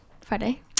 Friday